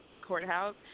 Courthouse